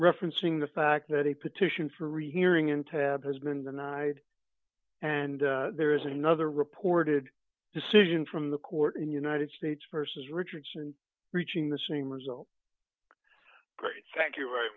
referencing the fact that a petition for rehearing in tab has been denied and there is another reported decision from the court in united states versus richardson reaching the same result great thank you very